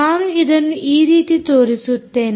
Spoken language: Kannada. ನಾನು ಇದನ್ನು ಈ ರೀತಿ ತೋರಿಸುತ್ತೇನೆ